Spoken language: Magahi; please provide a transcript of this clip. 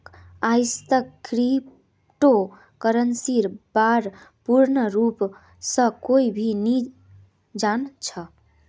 आईजतक क्रिप्टो करन्सीर बा र पूर्ण रूप स कोई भी नी जान छ